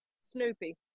snoopy